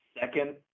second